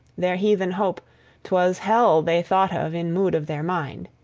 their heathen hope twas hell they thought of in mood of their mind.